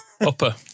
Upper